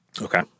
Okay